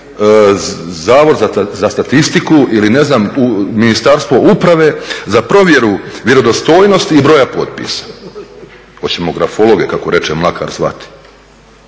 zavod za statistiku ili ne znam, u Ministarstvo uprave, za provjeru vjerodostojnosti broja potpisa? Hoćemo …, kako reče Mlakar, zvati?